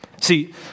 See